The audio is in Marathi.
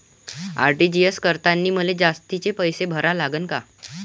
आर.टी.जी.एस करतांनी मले जास्तीचे पैसे भरा लागन का?